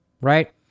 Right